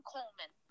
Coleman